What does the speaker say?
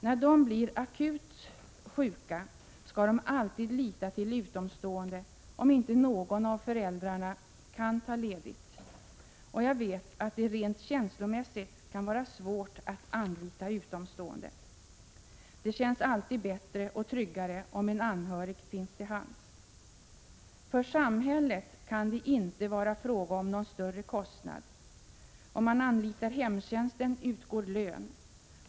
När de blir akut sjuka skall de alltid lita till utomstående om inte någon av föräldrarna kan ta ledigt. Jag vet att det rent känslomässigt kan vara svårt att anlita utomstående. Det känns alltid bättre och tryggare om en anhörig finns till hands. För samhället kan det inte vara fråga om någon större kostnad. Om jag anlitar hemtjänsten utgår lön.